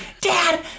Dad